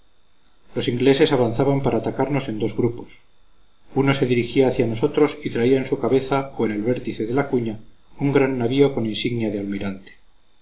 los ingleses avanzaban para atacarnos en dos grupos uno se dirigía hacia nosotros y traía en su cabeza o en el vértice de la cuña un gran navío con insignia de almirante